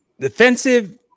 Defensive